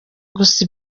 gusa